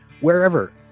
wherever